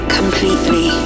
completely